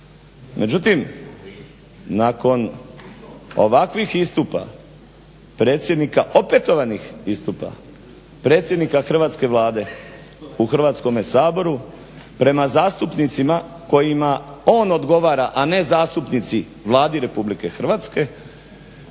Međutim nakon ovakvih istupa predsjednika opetovanih istupa, predsjednika hrvatske Vlade u Hrvatskome saboru prema zastupnicima kojima on odgovara, a ne zastupnici Vladi RH ja sam